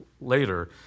later